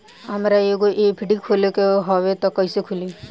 हमरा एगो एफ.डी खोले के हवे त कैसे खुली?